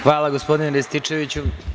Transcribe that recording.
Hvala, gospodine Rističeviću.